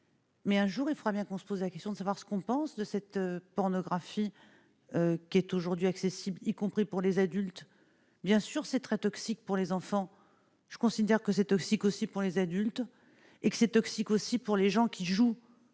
Mais un jour il faudra bien qu'on se pose la question de savoir ce qu'on pense de cette pornographie qui est aujourd'hui accessible, y compris pour les adultes, bien sûr c'est très toxique pour les enfants, je considère que c'est toxique aussi pour les adultes et que c'est toxique aussi pour les gens qui jouent,